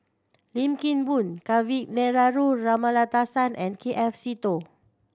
Lim Kim Boon Kavignareru Amallathasan and K F Seetoh